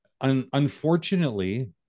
unfortunately